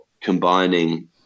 combining